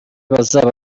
bazaba